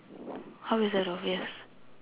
how is that obvious